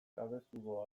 cabezudo